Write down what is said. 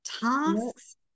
tasks